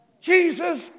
Jesus